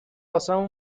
واسمون